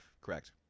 Correct